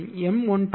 M12 M21 M